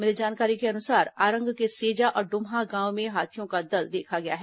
मिली जानकारी के अनुसार आरंग के सेजा और डुमहा गांव में हाथियों का दल देखा गया है